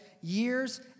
years